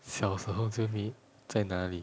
小时候就 meet 在哪里